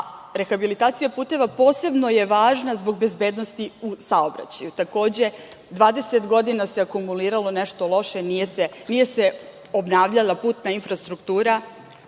Rehabilitacija puteva posebno je važna zbog bezbednosti u saobraćaju. Takođe, 20 godina se akumuliralo nešto loše, a nije se obnavljala putna infrastruktura.